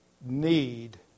need